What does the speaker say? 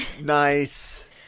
Nice